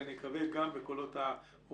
ואני מקווה שגם בקולות האופוזיציה,